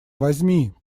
возьми